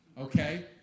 Okay